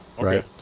Right